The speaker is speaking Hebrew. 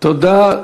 תודה.